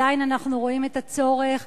עדיין אנחנו רואים את הצורך